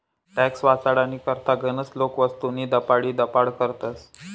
tax वाचाडानी करता गनच लोके वस्तूस्नी दपाडीदपाड करतस